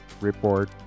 report